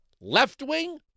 left-wing